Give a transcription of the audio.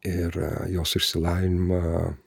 ir jos išsilavinimą